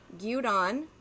gyudon